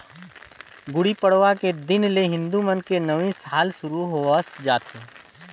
गुड़ी पड़वा के दिन ले हिंदू मन के नवी साल सुरू होवस जाथे